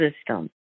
system